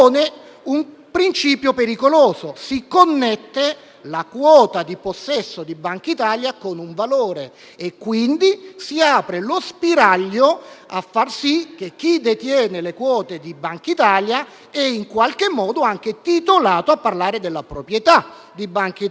principio pericoloso: si connette la quota di possesso di Bankitalia a un valore e quindi si apre lo spiraglio a far sì che chi detiene le quote di Bankitalia sia, in qualche modo, anche titolato a parlare della proprietà della stessa.